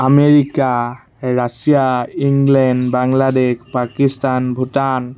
America Russia England Bangladesh Pakistan Bhutan